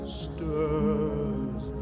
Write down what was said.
stirs